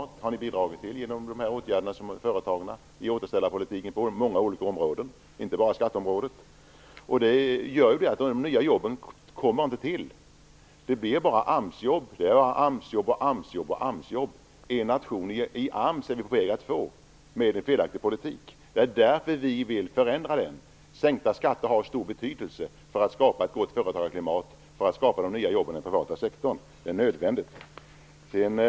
Det har ni bidragit till genom åtgärderna mot företagarna och genom återställarpolitiken på många olika områden, inte bara på skatteområdet. Därför kommer de nya jobben inte till. Det blir bara AMS-jobb. Det är AMS-jobb, AMS-jobb och återigen AMS-jobb. Genom en felaktig politik är vi på väg att få "en nation i AMS". Därför vill vi förändra. Sänkta skatter har stor betydelse när det gäller att skapa ett gott företagarklimat och nya jobb inom den privata sektorn. Detta är nödvändigt.